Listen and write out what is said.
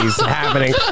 happening